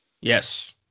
Yes